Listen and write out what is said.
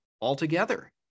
altogether